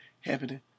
happening